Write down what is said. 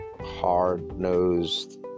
hard-nosed